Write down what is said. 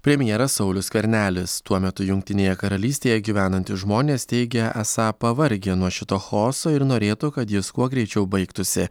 premjeras saulius skvernelis tuo metu jungtinėje karalystėje gyvenantys žmonės teigia esą pavargę nuo šito chaoso ir norėtų kad jis kuo greičiau baigtųsi